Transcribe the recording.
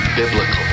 biblical